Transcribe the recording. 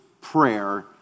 prayer